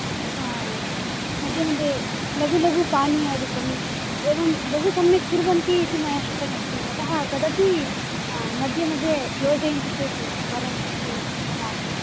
मध्ये मध्ये लघु लघु पानीयादिकं एवं बहु सम्यक् कुर्वन्ति इति मया श्रुतमस्ति अतः तदपि मध्ये मध्ये योजयन्ति चेत् वरं इति भाति